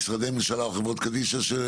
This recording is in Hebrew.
ממשרדי ממשלה או חברות קדישא?